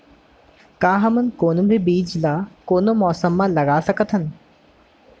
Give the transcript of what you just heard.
का हमन कोनो भी बीज ला कोनो मौसम म लगा सकथन?